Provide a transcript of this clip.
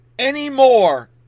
anymore